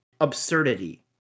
absurdity